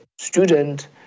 student